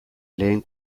lehen